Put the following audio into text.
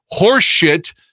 horseshit